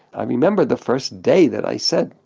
i remember the first day that i said,